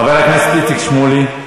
חבר הכנסת איציק שמולי,